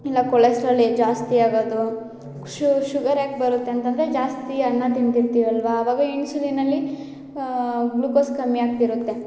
ಇಲ್ಲ ಕೊಲೆಸ್ಟ್ರಾಲ್ ಏ ಜಾಸ್ತಿ ಆಗೋದು ಶುಗರ್ ಯಾಕೆ ಬರುತ್ತೆ ಅಂತಂದರೆ ಜಾಸ್ತಿ ಅನ್ನ ತಿಂತಿರ್ತೀವಿ ಅಲ್ಲವಾ ಆವಾಗ ಇನ್ಸುಲಿನಲ್ಲಿ ಗ್ಲುಕೋಸ್ ಕಮ್ಮಿ ಆಗ್ತಿರುತ್ತೆ